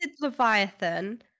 Leviathan